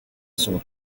son